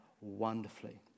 wonderfully